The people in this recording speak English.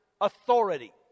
authority